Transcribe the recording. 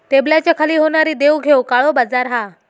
टेबलाच्या खाली होणारी देवघेव काळो बाजार हा